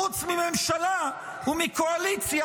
חוץ מממשלה ומקואליציה